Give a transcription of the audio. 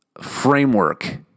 framework